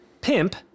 Pimp